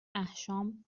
احشام